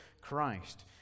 Christ